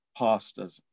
pastors